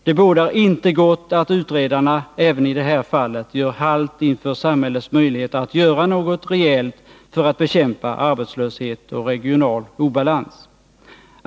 Det bådar inte gott att utredarna även i det här fallet gör halt inför samhällets möjligheter att göra något rejält för att bekämpa arbetslöshet och regional obalans.